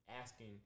asking